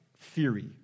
theory